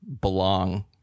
belong